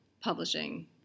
publishing